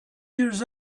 years